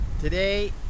today